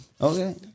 Okay